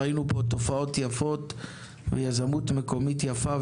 ראינו פה תופעות יפות ויזמות מקומית יפה.